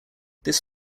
this